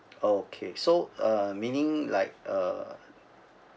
okay so uh meaning like uh